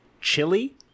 chili